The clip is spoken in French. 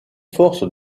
forces